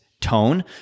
tone